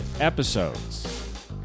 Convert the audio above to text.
episodes